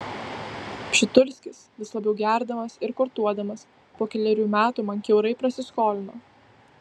pšitulskis vis labiau gerdamas ir kortuodamas po kelerių metų man kiaurai prasiskolino